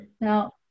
Now